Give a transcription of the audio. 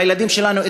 לילדים שלנו,